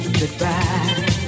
goodbye